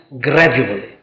gradually